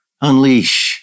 Unleash